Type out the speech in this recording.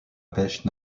pêche